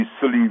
silly